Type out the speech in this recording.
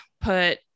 put